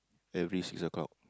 every six o-clock